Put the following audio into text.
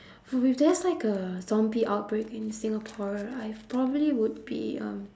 if there's like a zombie outbreak in singapore I probably would be um